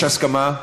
יש הסכמה?